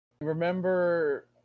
remember